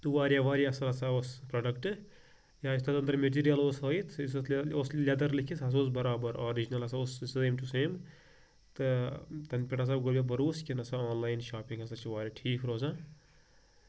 تہٕ واریاہ واریاہ اَصٕل ہسا اوس پروڈَکٹ یا یُس تَتھ أنٛدرٕ میٹیٖریَل اوس ہٲیِتھ یُس اتھ اوس لیٚدر لیکھِتھ سُہ ہسا اوس برابر آرجنَل ہسا اوس سُہ سیم ٹُو سیم تہٕ تَنہٕ پٮ۪ٹھ ہسا گوٚو مےٚ بروس کہِ نسا آنلاین شاپِنٛگ ہسا چھِ واریاہ ٹھیٖک روزان